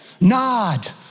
Nod